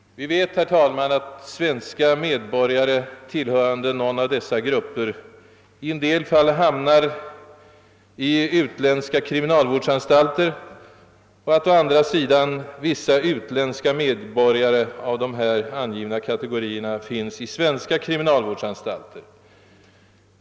Vi vet, herr talman, att svenska medborgare tillhörande någon av dessa grupper i en del fall hamnar i utländska kriminalvårdsanstalter och att å andra sidan vissa utländska medborgare av här angivna kategorier finns i svenska kriminalvårdsanstalter.